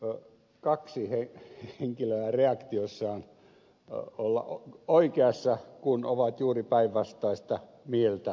voiko kaksi henkilöä reaktioissaan olla oikeassa kun ovat juuri päinvastaista mieltä perusteluissa